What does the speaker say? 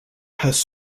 has